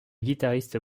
guitariste